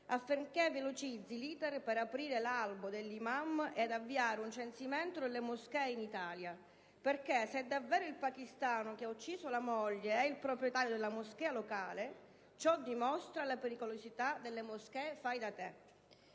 affinché velocizzi l'*iter* per aprire l'albo degli imam e avviare un censimento delle moschee in Italia perché, se davvero il pakistano che ha ucciso la moglie è il proprietario della moschea locale, ciò dimostra la pericolosità delle moschee fai da te.